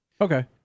Okay